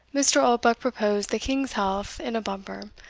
mr. oldbuck proposed the king's health in a bumper,